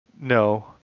No